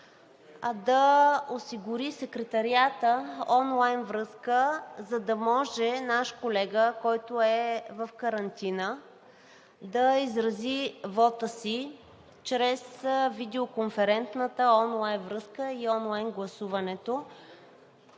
да осигури Секретариатът онлайн връзка, за да може наш колега, който е в карантина, да изрази вота си чрез видеоконферентната онлайн връзка и онлайн гласуването.